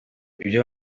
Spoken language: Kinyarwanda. iyo